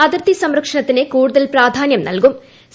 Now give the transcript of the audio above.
അതിർത്തി സംരക്ഷണത്തിന് കൂടുതൽ പ്രാധാനൃം നൽകൂം